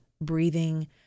breathing